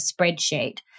spreadsheet